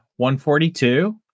142